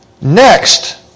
next